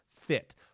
fit